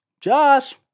Josh